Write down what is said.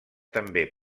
també